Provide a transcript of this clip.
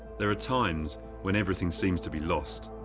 there are times when everything seems to be lost.